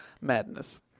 madness